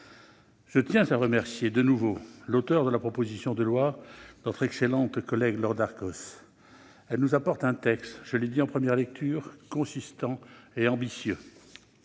Je tiens à remercier de nouveau l'auteure de la proposition de loi, notre excellente collègue Laure Darcos. Elle nous livre un texte, je l'ai dit en première lecture, consistant et ambitieux.